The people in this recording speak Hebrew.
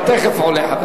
אתה תיכף עולה.